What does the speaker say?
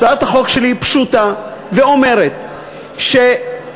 הצעת החוק שלי פשוטה, ואומרת שאם